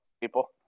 People